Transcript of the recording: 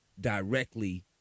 directly